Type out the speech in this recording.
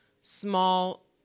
small